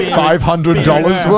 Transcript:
five hundred dollars